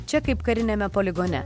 čia kaip kariniame poligone